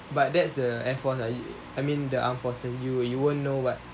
but that's the air force ah I mean the armed forces you you won't know what